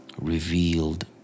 revealed